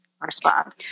respond